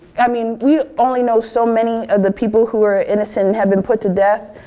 i mean we only know so many of the people who are innocent and have been put to death.